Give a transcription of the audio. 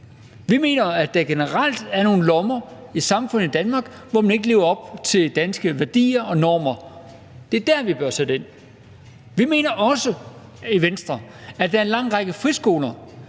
Vi mener, at der generelt er nogle lommer i samfundet i Danmark, hvor man ikke lever op til danske værdier og normer. Det er dér, vi bør sætte ind. Vi mener også i Venstre, at der er en lang række friskoler,